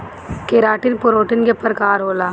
keratin protein के प्रकार होला